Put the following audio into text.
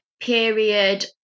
period